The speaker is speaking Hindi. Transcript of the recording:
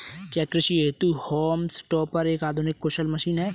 क्या कृषि हेतु हॉल्म टॉपर एक आधुनिक कुशल मशीन है?